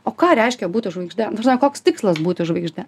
o ką reiškia būti žvaigžde ta prasme koks tikslas būti žvaigžde